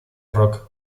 rock